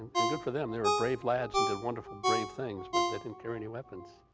and good for them, they were brave lads and did wonderful brave things, but they didn't carry any weapons.